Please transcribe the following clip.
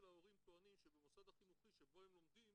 ההורים טוענים שבמוסד החינוכי שבו הם לומדים